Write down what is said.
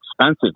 expensive